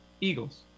Eagles